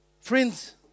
Friends